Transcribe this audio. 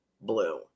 blue